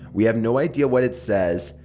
we have no idea what it says.